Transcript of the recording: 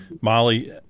Molly